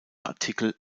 artikel